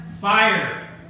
fire